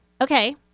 Okay